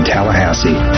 Tallahassee